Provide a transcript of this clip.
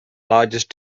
largest